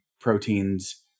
proteins